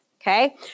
Okay